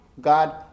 God